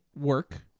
work